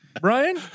brian